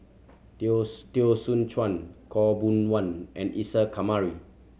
Teo Teo Soon Chuan Khaw Boon Wan and Isa Kamari